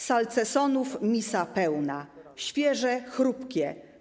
Salcesonów misa pełna/ Świeże chrupkie.